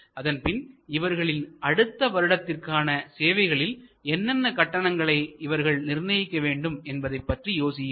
அதன்பின் இவர்களின் அடுத்த வருடத்திற்கான சேவைகளில் என்னென்ன கட்டணங்களை இவர்கள் நிர்ணயிக்க வேண்டும் என்பதை பற்றி யோசியுங்கள்